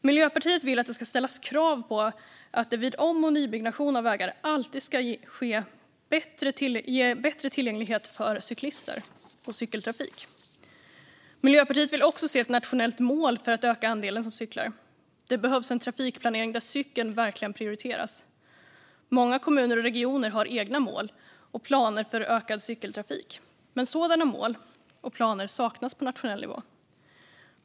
Miljöpartiet vill att det ska ställas krav på att det vid om och nybyggnation av vägar alltid ska ges bättre tillgänglighet för cyklister och cykeltrafik. Miljöpartiet vill också se ett nationellt mål för att öka andelen som cyklar. Det behövs en trafikplanering där cykeln verkligen prioriteras. Många kommuner och regioner har egna mål och planer för ökad cykeltrafik, men sådana mål och planer saknas på nationell nivå.